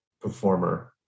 performer